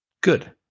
good